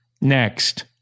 next